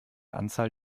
anzahl